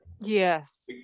Yes